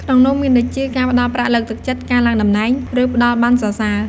ក្នុងនោះមានដូចជា ការផ្ដល់ប្រាក់លើកទឹកចិត្ត ការឡើងតំណែង ឬ ផ្ដល់ប័ណ្ណសរសើរ។